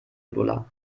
lola